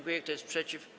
Kto jest przeciw?